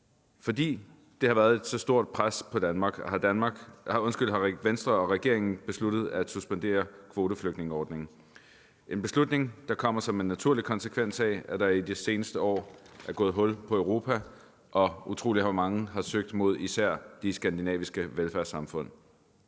Fordi der har været så stort et pres på Danmark, har Venstre og regeringen besluttet at suspendere kvoteflygtningeordningen. Det er en beslutning, der kommer som en naturlig konsekvens af, at der i det seneste år er gået hul på Europa og utrolig mange er søgt mod især de skandinaviske velfærdssamfund.